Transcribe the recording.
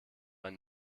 ein